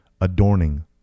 adorning